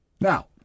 Now